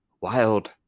wild